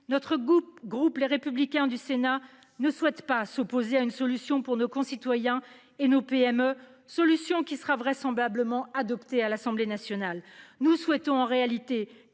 le groupe Les Républicains ne souhaite pas s'opposer à une solution pour nos concitoyens et nos PME, solution qui sera vraisemblablement adoptée à l'Assemblée nationale. Monsieur le